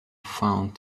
found